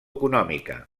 econòmica